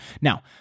Now